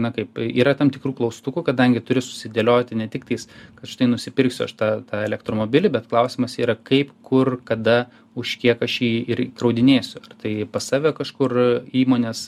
na kaip yra tam tikrų klaustukų kadangi turi susidėlioti ne tiktais kad štai nusipirksiu aš tą tą elektromobilį bet klausimas yra kaip kur kada už kiek aš jį ir įkraudinėsiu tai pas save kažkur įmonės